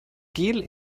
gel